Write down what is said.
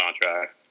contract